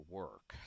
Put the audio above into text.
work